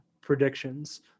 predictions